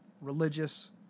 religious